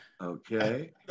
okay